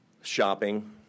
Shopping